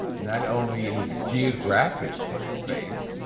not only in its geographic place space,